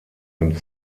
dem